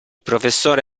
professore